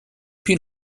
più